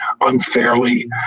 unfairly